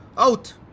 Out